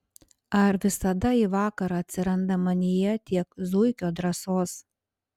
ar visada į vakarą atsiranda manyje tiek zuikio drąsos